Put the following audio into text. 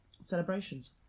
celebrations